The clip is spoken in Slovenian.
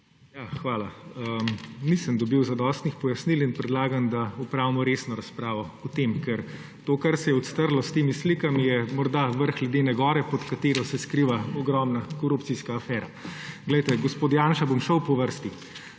Hvala. Nisem dobil zadostnih pojasnil in predlagam, da opravimo resno razpravo o tem. To, kar se je odstrlo s temi slikami, je morda vrh ledene gore, pod katero se skriva ogromna korupcijska afera. Glejte, gospod Janša, bom šel po vrsti